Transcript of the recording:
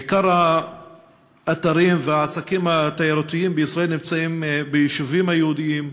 עיקר האתרים והעסקים התיירותיים בישראל נמצאים ביישובים היהודיים,